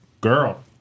girl